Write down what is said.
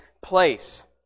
place